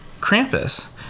Krampus